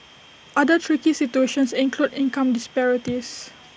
other tricky situations include income disparities